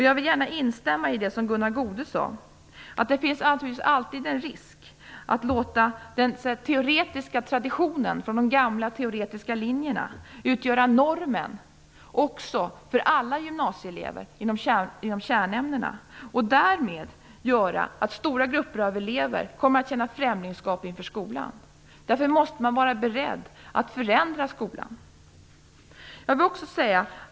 Jag instämmer gärna i det som Gunnar Goude sade, nämligen att risken naturligtvis alltid finns att den teoretiska traditionen från de gamla teoretiska linjerna får utgöra en norm också för alla gymnasieelever inom kärnämnena. Därmed kommer stora grupper av elever att känna främlingsskap inför skolan. Därför måste man vara beredd att förändra skolan.